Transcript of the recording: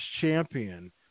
Champion